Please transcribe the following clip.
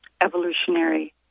evolutionary